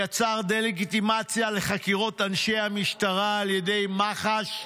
יצר דה-לגיטימציה לחקירות אנשי המשטרה על ידי מח"ש.